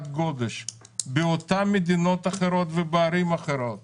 גודש באותן מדינות אחרות ובערים אחרות